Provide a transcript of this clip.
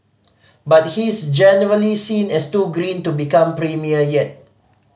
but he's generally seen as too green to become premier yet